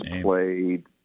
played